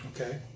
Okay